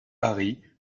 harry